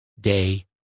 day